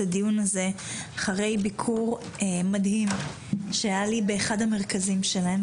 הדיון הזה אחרי ביקור מדהים שהיה לי באחד המרכזים שלהם,